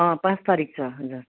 पाँच तारिक छ हजुर